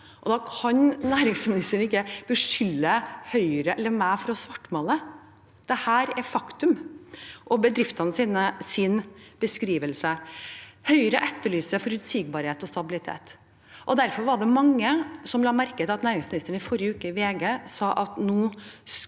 kan ikke næringsministeren beskylde Høyre eller meg for å svartmale. Dette er faktum og bedriftenes beskrivelse. Høyre etterlyser forutsigbarhet og stabilitet. Derfor var det mange som la merke til at næringsministeren i